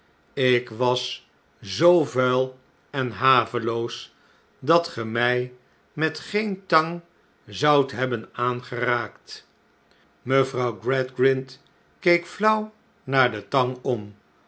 ik was zoo vuil en haveloos dat ge mij met geen tang zoudt hebben aangeraakt mevrouw gradgrind keek flauw naar de tang om